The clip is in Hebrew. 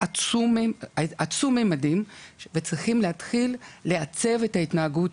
שממדיו עצומים ולכן צריכים להתחיל לעצב את ההתנהגות,